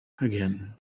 again